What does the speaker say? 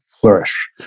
flourish